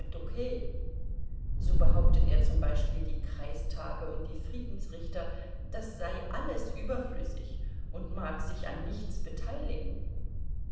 toqu so behauptet er zum beispiel die kreistage und die friedensrichter das sei alles überflüssig und mag sich an nichts beteiligen